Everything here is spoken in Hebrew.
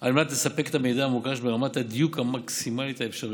על מנת לספק את המידע המבוקש ברמת הדיוק המקסימלית האפשרית,